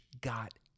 got